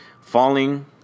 falling